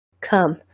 come